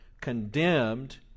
condemned